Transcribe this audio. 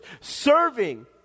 Serving